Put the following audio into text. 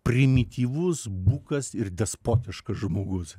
primityvus bukas ir despotiškas žmogus